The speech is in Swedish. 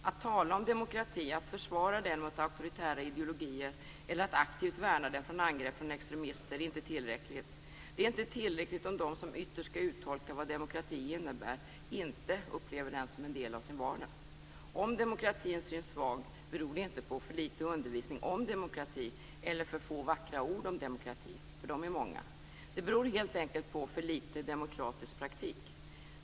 Att tala om demokrati, att försvara den mot auktoritära ideologier eller att aktivt värna den från angrepp från extremister är inte tillräckligt. Det är inte tillräckligt om de som ytterst skall uttolka vad demokrati innebär inte upplever den som en del av sin vardag. Om demokratin syns svag beror det inte på för litet undervisning om demokrati eller för få vackra ord om demokrati - för de är många. Det beror helt enkelt på för litet demokratisk praktik.